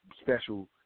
special